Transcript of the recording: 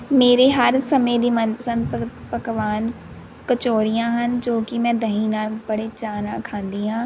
ਮੇਰੇ ਹਰ ਸਮੇਂ ਦੀ ਮਨਪਸੰਦ ਪਕ ਪਕਵਾਨ ਕਚੋਰੀਆਂ ਹਨ ਜੋ ਕਿ ਮੈਂ ਦਹੀਂ ਨਾਲ਼ ਬੜੇ ਚਾਅ ਨਾਲ ਖਾਂਦੀ ਹਾਂ